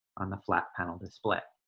on the flat panel display.